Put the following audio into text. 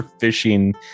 fishing